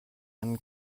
einen